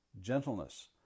gentleness